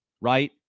Right